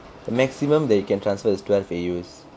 the maximum that you can transfer is twelve A_U